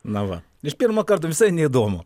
na va iš pirmo karto visai neįdomu